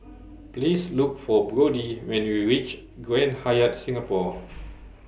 Please Look For Brodie when YOU REACH Grand Hyatt Singapore